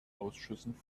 ausschüssen